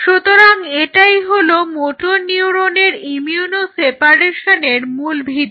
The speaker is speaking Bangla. সুতরাং এটাই হলো মোটর নিউরনের ইমিউনো সেপারেশনের মূল ভিত্তি